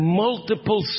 multiple